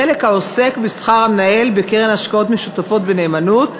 החלק העוסק בשכר המנהל בקרן השקעות משותפות בנאמנות,